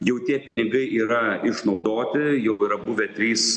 jau tie pinigai yra išnaudoti jau yra buvę trys